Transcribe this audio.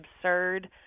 absurd